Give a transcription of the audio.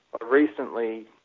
recently